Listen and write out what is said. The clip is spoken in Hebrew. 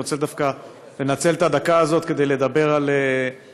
אני רוצה דווקא לנצל את הדקה הזאת כדי לדבר על אפליה